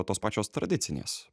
tos pačios tradicinės